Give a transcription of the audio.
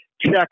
check